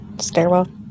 Stairwell